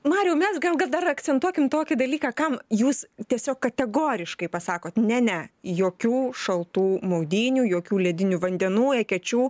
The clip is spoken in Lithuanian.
mariau mes gal dar akcentuokim tokį dalyką kam jūs tiesiog kategoriškai pasakot ne ne jokių šaltų maudynių jokių ledinių vandenų ekečių